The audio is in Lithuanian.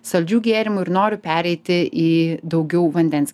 saldžių gėrimų ir noriu pereiti į daugiau vandens